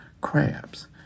crabs